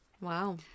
Wow